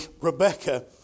Rebecca